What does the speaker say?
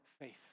faith